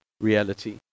reality